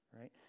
right